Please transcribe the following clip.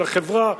של החברה,